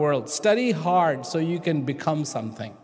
world studied hard so you can become something